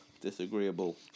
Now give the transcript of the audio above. disagreeable